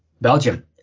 Belgium